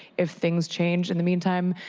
if things change in the meantime,